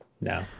no